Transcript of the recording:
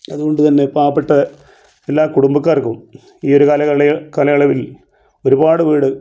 അതുകൊണ്ട് തന്നെ പാവപ്പെട്ട എല്ലാ കുടുമ്പക്കാർക്കും ഈ ഒര് കാലയള കാലയളവിൽ ഒരുപാട് വീട്